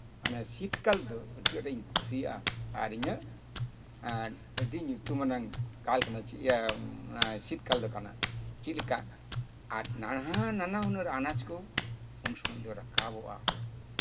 ᱚᱱᱟᱛᱮ ᱥᱤᱛᱠᱟᱞ ᱫᱚ ᱟᱹᱰᱤ ᱟᱸᱴᱤᱧ ᱠᱩᱥᱤᱭᱟᱜᱼᱟ ᱟᱹᱰᱤ ᱧᱩᱛᱩᱢᱟᱱᱟᱜ ᱠᱟᱞ ᱠᱟᱞ ᱠᱟᱱᱟ ᱥᱤᱛᱠᱟᱞ ᱫᱚ ᱠᱟᱱᱟ ᱪᱮᱫ ᱞᱮᱠᱟ ᱱᱟᱱᱟ ᱦᱩᱱᱟᱹᱨ ᱟᱱᱟᱡ ᱠᱚ ᱩᱱ ᱥᱚᱢᱚᱭ ᱫᱚ ᱨᱟᱠᱟᱵᱚᱜᱼᱟ